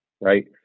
right